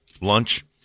Lunch